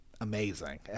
Amazing